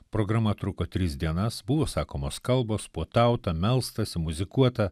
programa truko tris dienas buvo sakomos kalbos puotauta melstasi muzikuota